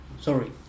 Sorry